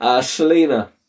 Selena